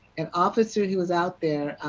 an officer who is out there,